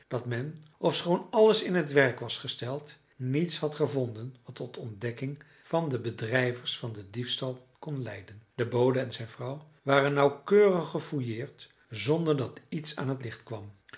dat men ofschoon alles in t werk was gesteld niets had gevonden wat tot ontdekking van de bedrijvers van den diefstal kon leiden de bode en zijn vrouw waren nauwkeurig gefouilleerd zonder dat iets aan t licht kwam